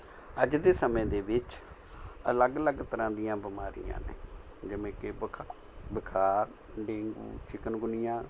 ਅੱਜ ਦੇ ਸਮੇਂ ਦੇ ਵਿੱਚ ਅਲੱਗ ਅਲੱਗ ਤਰ੍ਹਾਂ ਦੀਆਂ ਬਿਮਾਰੀਆਂ ਨੇ ਜਿਵੇਂ ਕਿ ਬੁਖ਼ਾਰ ਡੇਂਗੂ ਚਿਕਨਗੁਨੀਆ